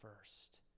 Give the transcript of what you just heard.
first